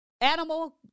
animal